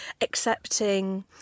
accepting